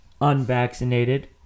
unvaccinated